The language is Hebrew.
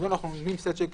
ואנחנו מעמידים סט של כלים.